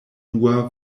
dua